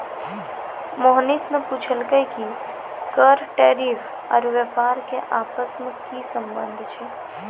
मोहनीश ने पूछलकै कि कर टैरिफ आरू व्यापार के आपस मे की संबंध छै